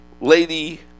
lady